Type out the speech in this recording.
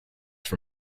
for